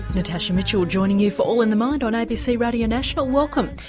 natasha mitchell joining you for all in the mind on abc radio national, welcome.